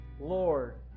Lord